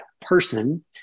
person